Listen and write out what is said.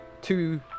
two